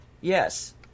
yes